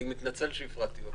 אני מתנצל שהפרעתי לך.